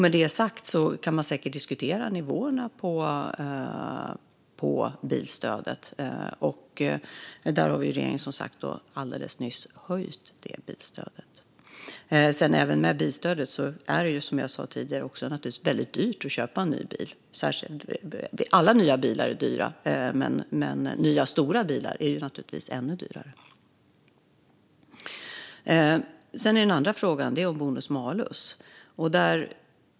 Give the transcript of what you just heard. Med det sagt kan man säkert diskutera nivåerna i bilstödet. Regeringen har som sagt alldeles nyss höjt dem. Även med bilstödet är det, som jag sa tidigare, väldigt dyrt att köpa en ny bil. Alla nya bilar är dyra, men nya stora bilar är naturligtvis dyrast. Den andra frågan är om bonus-malus.